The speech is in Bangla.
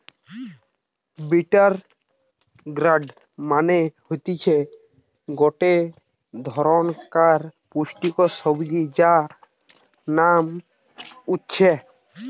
বিটার গার্ড মানে হতিছে গটে ধরণকার পুষ্টিকর সবজি যার নাম উচ্ছে